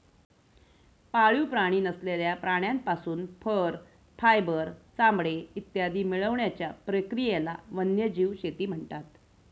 पाळीव प्राणी नसलेल्या प्राण्यांपासून फर, फायबर, चामडे इत्यादी मिळवण्याच्या प्रक्रियेला वन्यजीव शेती म्हणतात